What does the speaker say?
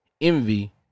envy